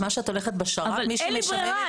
מה שאת הולכת בשר"פ מי שמשלם את זה --- אבל אין לי ברירה,